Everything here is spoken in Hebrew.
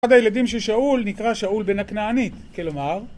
אחד הילדים ששאול נקרא שאול בן הכנעני, כלומר